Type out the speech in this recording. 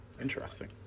Interesting